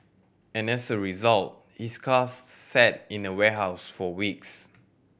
and as a result his car sat in a warehouse for weeks